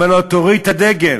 אומר לו: תוריד את הדגל.